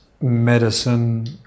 medicine